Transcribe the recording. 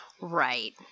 Right